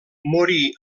morí